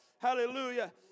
Hallelujah